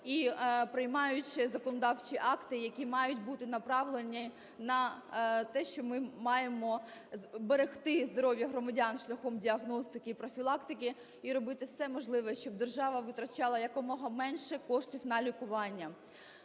і приймаючи законодавчі акти, які мають бути направлені на те, що ми маємо зберегти здоров'я громадян шляхом діагностики і профілактики, і робити все можливе, щоб держава витрачала якомога менше коштів на лікування.